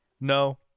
No